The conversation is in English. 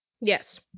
yes